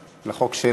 לחוק.